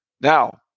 Now